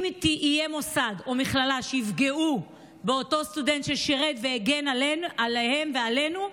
אם יהיו מוסד או מכללה שיפגעו באותו סטודנט ששירת והגן עליהם ועלינו,